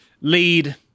lead